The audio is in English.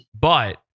But-